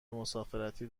مسافرتی